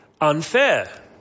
unfair